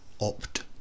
opt